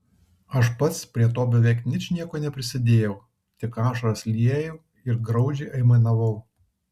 aš pats prie to beveik ničnieko neprisidėjau tik ašaras liejau ir graudžiai aimanavau